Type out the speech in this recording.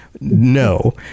No